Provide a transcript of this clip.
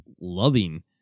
loving